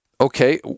okay